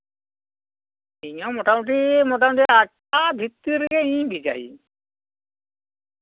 ᱤᱧᱦᱚᱸ ᱢᱳᱴᱟᱢᱩᱴᱤ ᱢᱳᱴᱟᱢᱩᱴᱤ ᱟᱴᱴᱟ ᱵᱷᱤᱛᱤᱨ ᱨᱮᱜᱮ ᱤᱧᱤᱧ ᱵᱷᱮᱡᱟᱭᱟᱹᱧ